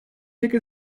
take